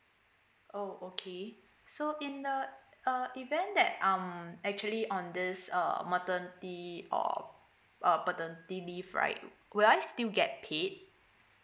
oh okay so in a a event that I'm actually on this uh maternity or a paternity leave right where I still get paid